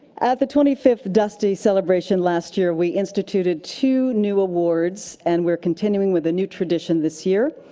at the twenty fifth dusty celebration last year, we instituted two new awards and we're continuing with a new tradition this year.